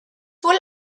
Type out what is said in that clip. wohl